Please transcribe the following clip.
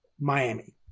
Miami